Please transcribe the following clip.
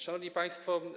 Szanowni Państwo!